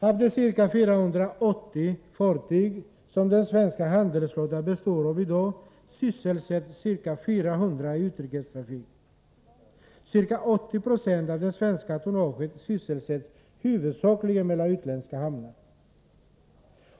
Av de ca 480 fartyg som den svenska handelsflottan består av i dag sysselsätts ca 400 i utrikestrafik. Ca 80 96 av det svenska tonnaget sysselsätts huvudsakligen mellan utländska hamnar.